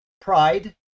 Pride